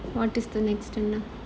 what is the next